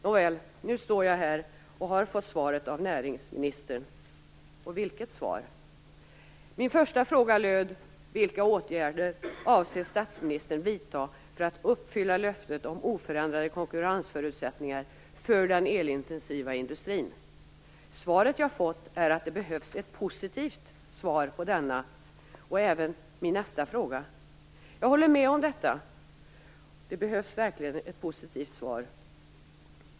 Nåväl, nu står jag här och har fått svar av näringsministern. Och vilket svar! Min första fråga lydde: Vilka åtgärder avser statsministern vidta för att uppfylla löftet om oförändrade konkurrensförutsättningar för den elintensiva industrin? Svaret jag fått är att det behövs ett positivt svar på denna, och även på min nästa, fråga. Jag håller med om detta - det behövs verkligen ett positivt svar.